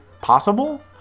Possible